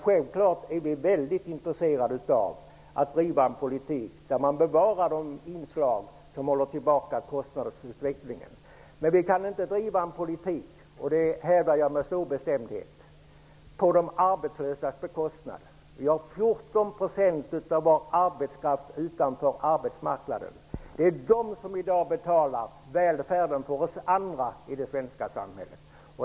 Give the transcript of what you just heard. Självfallet är vi intresserade av att driva en politik där de inslag som håller tillbaka kostnadsutvecklingen bevaras. Men jag hävdar med bestämdhet att vi inte kan driva en politik på de arbetslösas bekostnad. 14 % av vår arbetskraft står utanför arbetsmarknaden. Det är de arbetslösa som i dag betalar välfärden för oss andra i det svenska samhället.